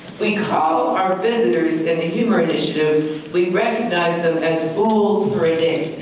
we call our visitors in the humor initiative, we recognize them as fools for a day.